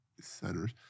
centers